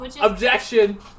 Objection